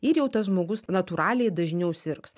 ir jau tas žmogus natūraliai dažniau sirgs